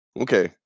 Okay